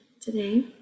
today